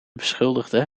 beschuldigde